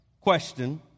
question